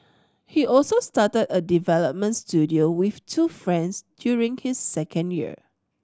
he also started a development studio with two friends during his second year